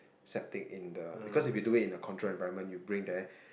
septic it in the because if you do it in a control environment you bring there